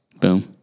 Boom